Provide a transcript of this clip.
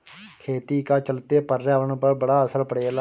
खेती का चलते पर्यावरण पर बड़ा असर पड़ेला